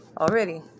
already